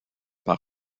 par